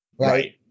Right